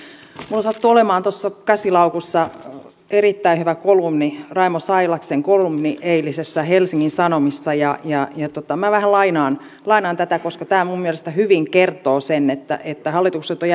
minulla sattuu olemaan tuossa käsilaukussa erittäin hyvä raimo sailaksen kolumni eilisistä helsingin sanomista ja ja minä vähän lainaan lainaan tätä koska minun mielestäni tämä kertoo hyvin sen että että hallitukselta on